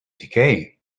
decay